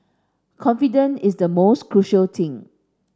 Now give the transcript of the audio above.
confidence is the most crucial thing